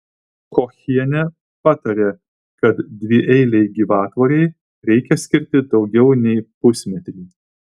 kochienė patarė kad dvieilei gyvatvorei reikia skirti daugiau nei pusmetrį